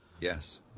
Yes